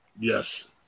Yes